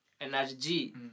Energy